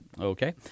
Okay